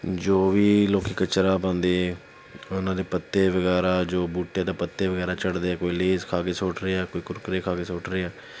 ਜੋ ਵੀ ਲੋਕ ਕਚਰਾ ਪਾਉਂਦੇ ਉਹਨਾਂ ਦੇ ਪੱਤੇ ਵਗੈਰਾ ਜੋ ਬੂਟਿਆਂ ਦੇ ਪੱਤੇ ਵਗੈਰਾ ਚੜ੍ਹਦੇ ਹੈ ਕੋਈ ਲੇਜ਼ ਖਾ ਕੇ ਸੁੱਟ ਰਿਹਾ ਹੈ ਕੋਈ ਕੁਰਕੁਰੇ ਖਾ ਕੇ ਸੁੱਟ ਰਿਹਾ